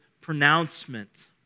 pronouncement